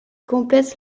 complète